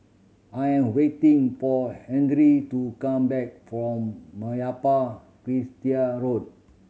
I'm waiting for Henry to come back from Meyappa Chettiar Road